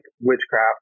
witchcraft